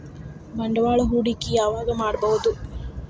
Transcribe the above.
ಬಂಡವಾಳ ಹೂಡಕಿ ಯಾವಾಗ್ ಮಾಡ್ಬಹುದು?